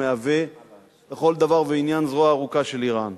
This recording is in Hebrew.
המהווה לכל דבר ועניין זרוע ארוכה של אירן.